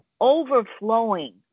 overflowing